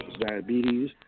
diabetes